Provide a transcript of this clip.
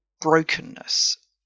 brokenness